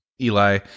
Eli